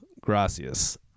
gracias